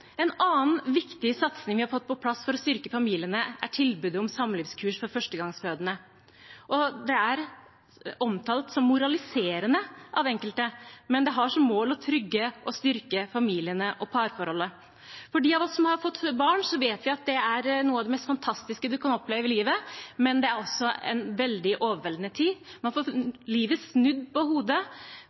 En annen viktig satsing vi har fått på plass for å styrke familiene, er tilbudet om samlivskurs for førstegangsforeldre. Det er omtalt som moraliserende av enkelte, men det har som mål å trygge og styrke familiene og parforholdet. De av oss som har fått barn, vet at det er noe av det mest fantastiske man kan oppleve i livet, men det er også en veldig overveldende tid. Man får livet snudd på hodet